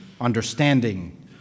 understanding